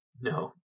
no